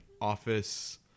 office